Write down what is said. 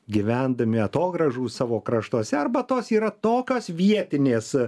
gyvendami atogrąžų savo kraštuose arba tos yra tokios vietinės